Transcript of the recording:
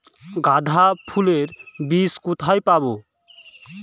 গাঁদা ফুলের বীজ কোথায় পাবো?